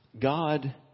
God